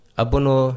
abono